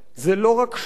זה לא רק שם,